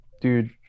dude